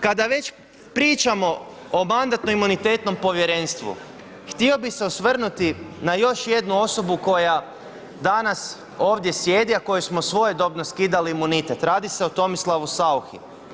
Kada već pričamo o Mandatnom-imunitetnom povjerenstvu, htio bi se osvrnuti na još jednu osobu koja danas ovdje sjedi a koju smo svojedobno skidali imunitet, radi se o Tomislavu Sauchi.